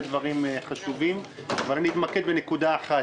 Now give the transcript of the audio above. דברים חשובים אבל אני אתמקד בנקודה אחת,